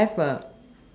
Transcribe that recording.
have ah